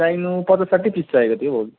चाहिनु पचास साठी फिट चाहिएको थियो भाउजु